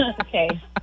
okay